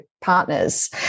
partners